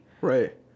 Right